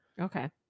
okay